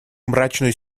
мрачную